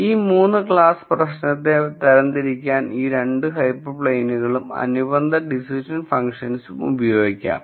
ഈ 3 ക്ലാസ് പ്രശ്നത്തെ തരംതിരിക്കാൻ ഈ 2 ഹൈപ്പർ പ്ലെയിനുകളും അനുബന്ധ ഡിസിഷൻ ഫങ്ക്ഷൻസും ഉപയോഗിക്കാം